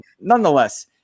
Nonetheless